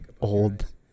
Old